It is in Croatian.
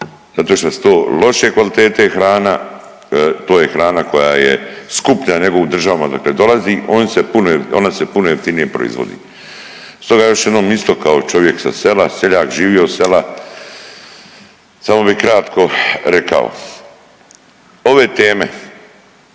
zato što su to loše kvalitete hrana, to je hrana koja je skuplja nego u državama odakle dolazi ona se puno jeftinije proizvodi. Stoga još jednom isto kao čovjek sa sela, seljak živi od sela samo bi kratko rekao, ove teme